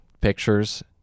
pictures